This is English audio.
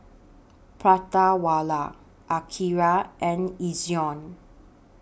Prata Wala Akira and Ezion